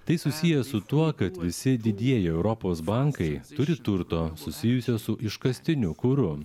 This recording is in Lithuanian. tai susiję su tuo kad visi didieji europos bankai turi turto susijusio su iškastiniu kuru